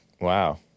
wow